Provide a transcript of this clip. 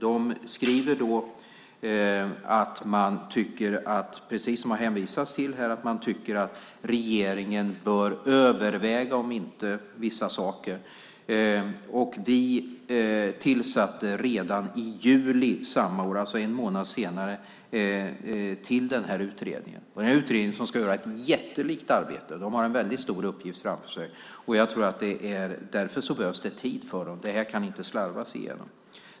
De anser, precis som det har hänvisats till här, att regeringen bör överväga vissa saker. Redan i juli samma år, alltså en månad senare, tillsatte vi utredningen. Utredningen ska göra ett jättelikt arbete, och därför behöver den tid på sig. Det kan inte slarvas igenom.